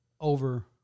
over